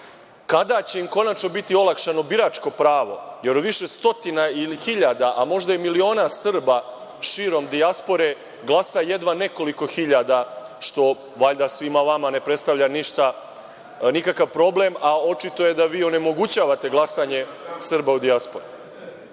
Kada će im konačno biti olakšano biračko pravo, jer više stotina hiljada, a možda i od miliona Srba širom dijaspore glasa jedva nekoliko hiljada, što valjda svima vama ne predstavlja nikakav problem, a očito je da vi onemogućavate glasanje Srba u dijaspori? Takođe